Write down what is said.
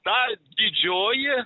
ta didžioji